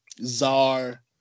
Czar